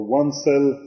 one-cell